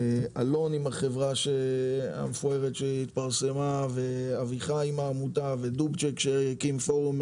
אלון עם החברה המפוארת שהתפרסמה ואביחי עם העמותה ודובצ'ק שהקים פורום